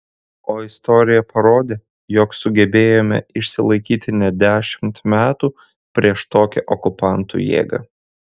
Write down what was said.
o istorija parodė jog sugebėjome išsilaikyti net dešimt metų prieš tokią okupantų jėgą